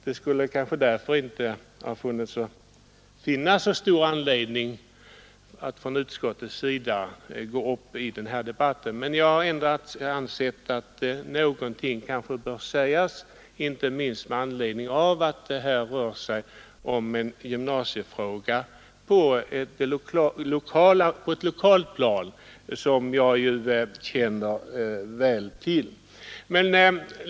Det skulle kanske därför inte finnas så stor anledning att från utskottets sida gå upp i denna debatt, men jag har ändå ansett mig böra säga någonting, inte minst därför att det rör sig om en gymnasiefråga på ett lokalt plan som jag känner väl till.